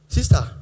Sister